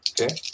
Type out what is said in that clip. Okay